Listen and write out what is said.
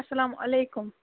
اَسلامُ علیکُم